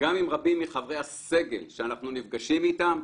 וגם עם רבים מחברי הסגל שאנחנו נפגשים איתם.